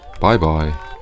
Bye-bye